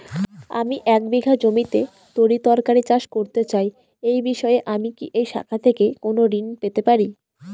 আমি এক বিঘা জমিতে তরিতরকারি চাষ করতে চাই এই বিষয়ে আমি কি এই শাখা থেকে কোন ঋণ পেতে পারি?